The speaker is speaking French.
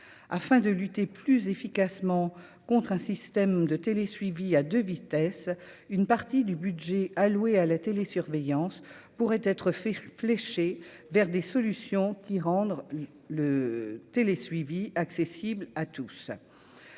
afin de lutter plus efficacement contre un système de télé-suivi à 2 vitesses, une partie du budget alloué à la télé surveillance pourrait être fait fléché vers des solutions qui rendre le télé-suivi accessible à tous,